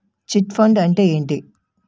Chit fund అంటే ఏంటి?